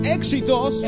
éxitos